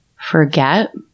forget